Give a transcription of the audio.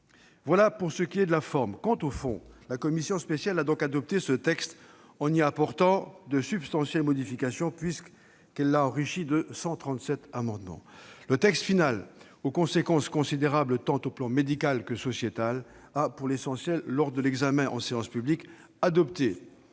Voilà pour ce qui est de la forme. Quant au fond, la commission spéciale a donc adopté ce texte en y apportant de substantielles modifications, puisqu'elle l'a enrichi de 137 amendements. Le texte final, aux conséquences considérables sur un plan tant médical que « sociétal », a, pour l'essentiel, lors de l'examen en séance publique : adopté,